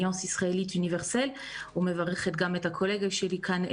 Alliance Israélite Universelle ומברכת גם את הקולגה שלי כאן,